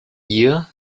year